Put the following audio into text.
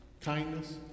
Kindness